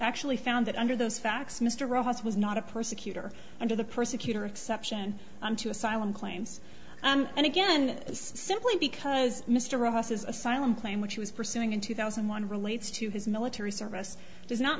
actually found that under those facts mr rojas was not a persecutor under the persecutor exception on two asylum claims and again simply because mr ross's asylum claim which he was pursuing in two thousand and one relates to his military service does not